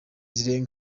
zirenga